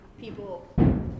people